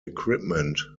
equipment